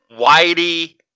whitey